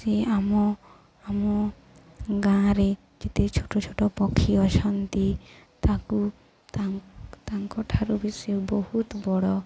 ସିଏ ଆମ ଆମ ଗାଁରେ ଯେତେ ଛୋଟ ଛୋଟ ପକ୍ଷୀ ଅଛନ୍ତି ତାକୁ ତାଙ୍କ ଠାରୁ ବି ସେ ବହୁତ ବଡ଼